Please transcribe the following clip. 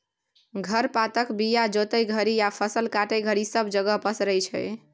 खर पातक बीया जोतय घरी या फसल काटय घरी सब जगह पसरै छी